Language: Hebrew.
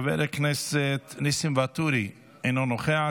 חבר הכנסת ניסים ואטורי, אינו נוכח,